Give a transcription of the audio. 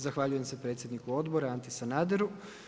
Zahvaljujem se predsjedniku Odbora Anti Sanaderu.